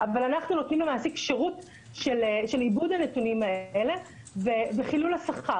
אנחנו נותנים למעסיק שירות של עיבוד הנתונים האלה וחילול השכר.